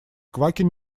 квакин